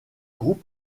groupe